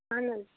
اہن حظ